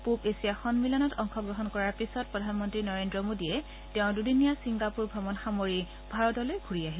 পূব এছীয়া সন্মিলনত অংশগ্ৰহণ কৰাৰ পিছত প্ৰধানমন্তী নৰেন্দ্ৰ মোদীয়ে তেওঁৰ দুদিনীয়া ছিংগাপুৰ অমণ সামৰি ভাৰতলৈ ঘূৰি আহিব